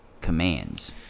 Commands